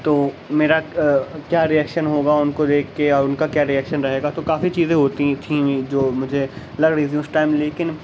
تو میرا کیا رئکشن ہوگا ان کو دیکھ کے اور ان کا کیا رئکشن رہے گا تو کافی چیزیں ہوتی تھیں جو مجھے لگ رہی تھیں اس ٹائم لیکن